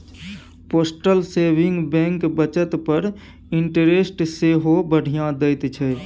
postal saving bank बचत पर interest सेहो बढ़ियाँ दैत छै